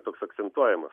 toks akcentuojamas